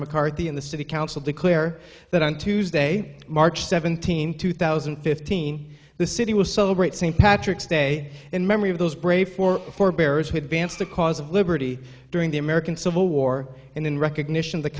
mccarthy in the city council declare that on tuesday march seventeenth two thousand and fifteen the city will celebrate st patrick's day in memory of those brave four forebears who had danced the cause of liberty during the american civil war and in recognition